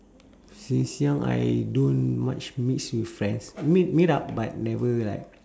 since young I don't much miss with friends meet meet up but never like